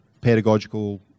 pedagogical